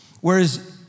whereas